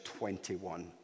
21